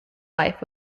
life